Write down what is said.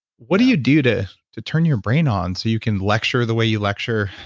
what do you do to to turn your brain on so you can lecture the way you lecture?